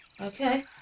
Okay